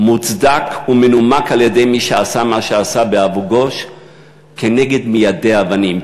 מוצדק ומנומק על-ידי מי שעשה מה שעשה באבו-גוש כנגד מיידי אבנים,